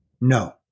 No